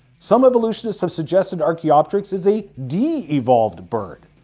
some evolutionists have suggested archaeopteryx is a de-evolved bird.